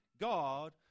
God